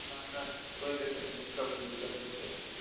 ना ना कोई दिक्कत नहीं कभी भी कर ल कैसे भी